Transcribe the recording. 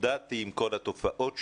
והתמודדתי עם כל התופעות שם.